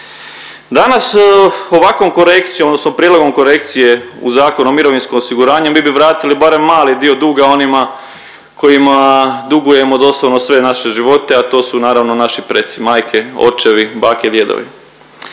Danas ovakvom korekcijom odnosno prijedlogom korekcije u Zakon u mirovinsko osiguranje mi bi vratili barem mali dio duga onima kojima dugujemo doslovno sve naše živote, a to su naravno naši preci, majke, očevi, bake, djedovi.